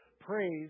praise